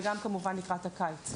בייחוד לקראת הקיץ,